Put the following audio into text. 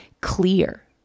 clear